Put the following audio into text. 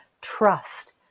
trust